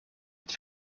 het